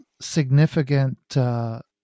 significant